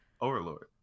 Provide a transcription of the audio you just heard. Overlord